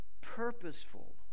purposeful